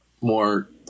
more